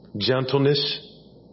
gentleness